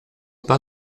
pas